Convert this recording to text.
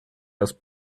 erst